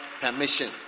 permission